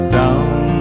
down